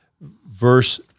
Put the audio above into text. verse